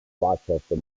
rochester